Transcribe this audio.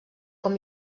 com